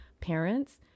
parents